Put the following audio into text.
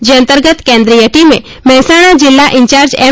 જે અંતર્ગત કેન્દ્રિય ટીમે મહેસાણા જિલ્લા ઇન્ચાર્જ એમ